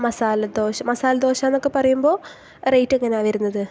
മസാല ദോ മസാലദോശ എന്നൊക്കെ പറയുമ്പോൾ റെയ്റ്റ് എങ്ങനെയാണ് വരുന്നത്